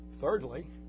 thirdly